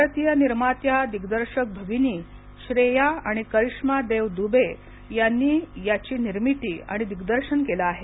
भारतीय निर्मात्या दिग्दर्शक भगिनी श्रेया आणि करिष्मा देव दुबे यांनी याची निर्मिती आणि दिग्दर्शन केलं आहे